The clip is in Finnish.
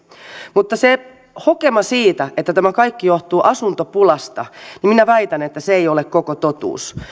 mutta minä väitän että se hokema siitä että tämä kaikki johtuu asuntopulasta ei ole koko totuus